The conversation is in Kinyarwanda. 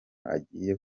agiye